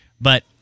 but-